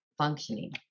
functioning